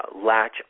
latch